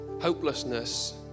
hopelessness